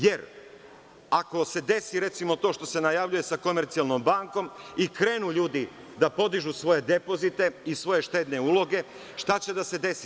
Jer, ako se desi to što se najavljuje sa „Komercijalnom bankom“ i krenu ljudi da podižu svoje depozite i svoje štedne uloge, šta će da se desi?